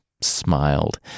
smiled